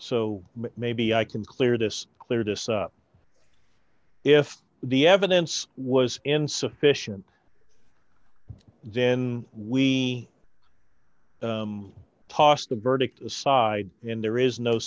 so maybe i can clear this clear this up if the evidence was insufficient then we toss the verdict aside and there is no